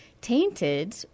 tainted